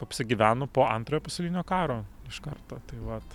apsigyveno po antrojo pasaulinio karo iš karto tai vat